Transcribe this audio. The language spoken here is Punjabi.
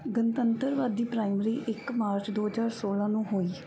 ਗਣਤੰਤਰਵਾਦੀ ਪ੍ਰਾਇਮਰੀ ਇੱਕ ਮਾਰਚ ਦੋ ਹਜ਼ਾਰ ਸੋਲ੍ਹਾਂ ਨੂੰ ਹੋਈ